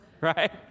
Right